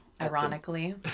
ironically